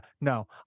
no